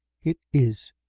it is.